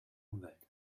umwelt